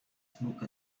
smoke